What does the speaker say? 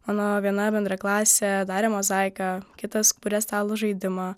mano viena bendraklasė darė mozaiką kitas kuria stalo žaidimą